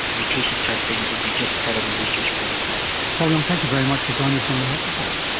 mutation testing would be just part of our research protocol. paul yong, thank you very much for joining us on the health report.